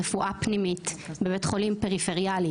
לא השתתפות פעם ב- -- שיכולים ללכת.